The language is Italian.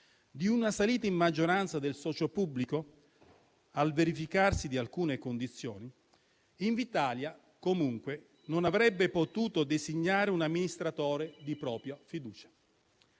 di una salita in maggioranza del socio pubblico al verificarsi di alcune condizioni, Invitalia comunque non avrebbe potuto designare un amministratore di proprio fiducia.